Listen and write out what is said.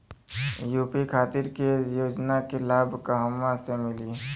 UP खातिर के योजना के लाभ कहवा से मिली?